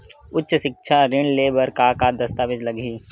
उच्च सिक्छा ऋण ले बर का का दस्तावेज लगही?